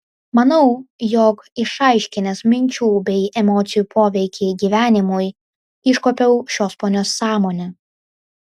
manau jog išaiškinęs minčių bei emocijų poveikį gyvenimui iškuopiau šios ponios sąmonę